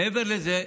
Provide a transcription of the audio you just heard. מעבר לזה,